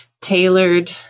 tailored